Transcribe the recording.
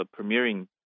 premiering